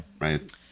right